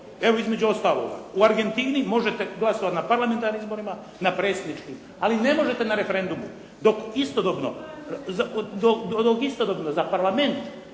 Evo između ostalog. U Argentini možete glasovati na parlamentarnim izborima, na predsjedničkim, ali ne možete na referendumu. Dok istodobno za parlament